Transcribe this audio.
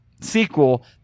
sequel